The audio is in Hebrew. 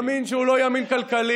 ימין שהוא לא ימין כלכלי,